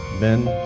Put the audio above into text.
then